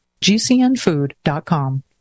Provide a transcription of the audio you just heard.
GCNfood.com